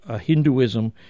Hinduism